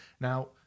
Now